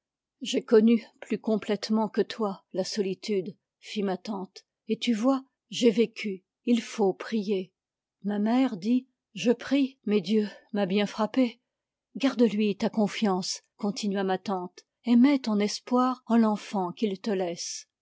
j'ai connu plus complètement que toi la solitude fit ma tante et tu vois j'ai vécu il faut prier ma mère dit je prie mais dieu m'a bien frappée garde lui ta confiance continua ma tante et mets ton espoir en l'enfant qu'il te laisse